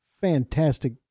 fantastic